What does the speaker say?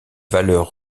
valeur